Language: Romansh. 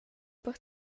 per